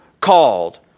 called